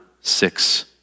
six